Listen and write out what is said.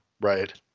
right